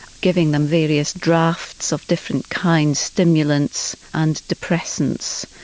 giving them various drafts of different kinds, stimulants and depressants,